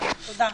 תודה.